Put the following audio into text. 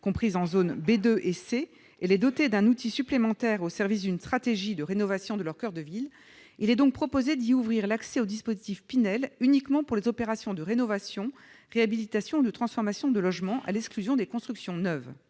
comprises en zone B2 et C, et les doter d'un outil supplémentaire au service d'une stratégie de rénovation de leur coeur de ville, il est proposé de leur ouvrir l'accès au dispositif Pinel uniquement pour les opérations de rénovation, réhabilitation ou transformation de logements, à l'exclusion des constructions neuves.